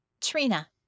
Trina